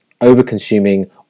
over-consuming